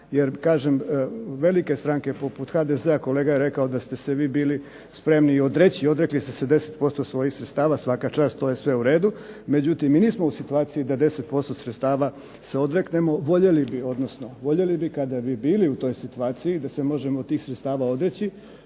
jer kažem velike stranke poput HDZ-a, kolega je rekao da ste se vi bili spremni odreći, odrekli ste se 10% svojih sredstava, svaka čast, to je sve u redu, međutim mi nismo u situaciji da 10% sredstava se odreknemo. Voljeli bi, odnosno voljeli bi kada bi bili u toj situaciji da se možemo tih sredstava odreći,